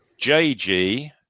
JG